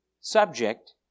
subject